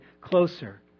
closer